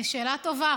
שאלה טובה.